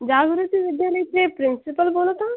जागृती विद्यालयाचे प्रिंसिपल बोलत आहा